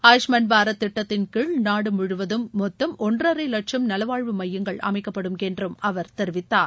ஆயுஷ்மான் பாரத் திட்டத்தின் கீழ் நாடு முழுவதும் மொத்தம் ஒன்றரை லட்சம் நலவாழ்வு மையங்கள் அமைக்கப்படும் என்றும் அவர் தெரிவித்தார்